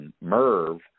Merv